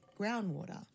groundwater